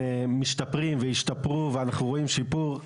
משתפרים וישתפרו ואנחנו רואים שיפור,